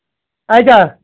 اچھا